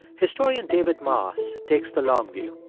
historian david moss takes the long view.